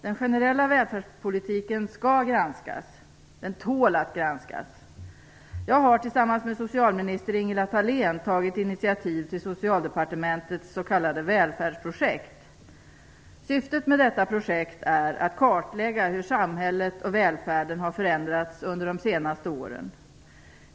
Den generella välfärdspolitiken skall granskas, och den tål att granskas. Jag har tillsammans med socialminister Ingela Thalén tagit initiativ till Socialdepartementets s.k. välfärdsprojekt. Syftet med detta projekt är att kartlägga hur samhället och välfärden har förändrats under de senaste åren.